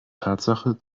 tatsache